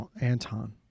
Anton